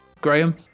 Graham